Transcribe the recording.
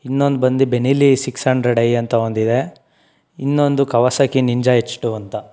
ಇನ್ನೊಂದು ಬಂದು Benelli six hundred i ಅಂತ ಒಂದಿದೆ ಇನ್ನೊಂದು ಕವಸಕಿ ನಿಂಜ ಎಚ್ ಟೂ ಅಂತ